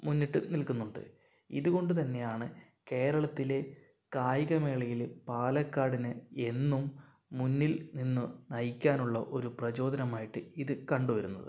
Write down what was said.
മുന്നിട്ട് നിൽക്കുന്നുണ്ട് ഇതുകൊണ്ടു തന്നെയാണ് കേരളത്തിലെ കായികമേളയില് പാലക്കാടിന് എന്നും മുന്നിൽ നിന്ന് നയിക്കാൻ ഉള്ള ഒരു പ്രചോദനമായിട്ട് ഇതു കണ്ടുവരുന്നത്